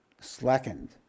slackened